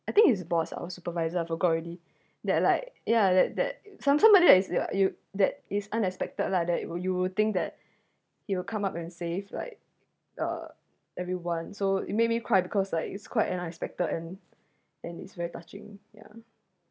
I think it's boss or supervisor I forgot already that like ya that that some somebody that is what you that is unexpected lah that you you think that he will come up and save like uh everyone so it made me cry because like it's quite an unexpected and and it's very touching yeah